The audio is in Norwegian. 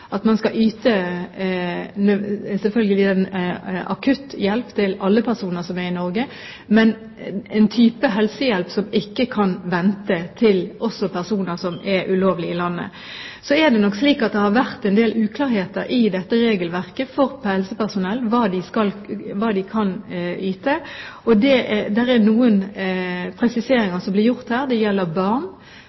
at man skal yte akutt hjelp til alle personer som er i Norge – en type helsehjelp som ikke kan vente, også til personer som er ulovlig i landet. Så er det nok slik at det har vært en del uklarheter i dette regelverket for helsepersonell med tanke på hva de kan yte. Det er noen presiseringer som blir gjort her, f.eks. når det gjelder barn.